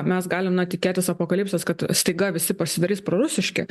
mes galim na tikėtis apokalipsės kad staiga visi pasidarys prorusiški